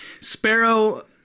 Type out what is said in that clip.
Sparrow